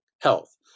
health